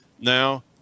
Now